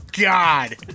God